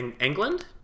England